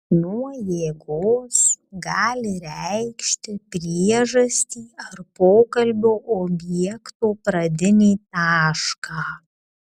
nuo jėgos gali reikšti priežastį ar pokalbio objekto pradinį tašką